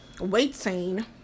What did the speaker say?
Waiting